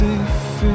Safe